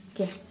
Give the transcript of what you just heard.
okay